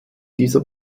dieser